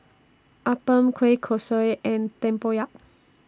Appam Kueh Kosui and Tempoyak